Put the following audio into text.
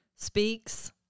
Speaks